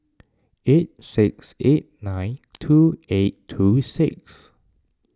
eight six eight nine two eight two six